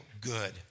good